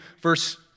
verse